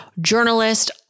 journalist